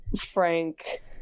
frank